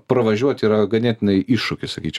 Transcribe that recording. pravažiuoti yra ganėtinai iššūkis sakyčiau